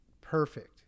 perfect